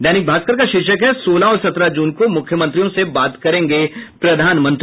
दैनिक भास्कर का शीर्षक है सोलह और सत्रह जून को मुख्यमंत्रियों से बात करेंगे प्रधानमंत्री